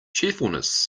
cheerfulness